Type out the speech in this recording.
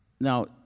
Now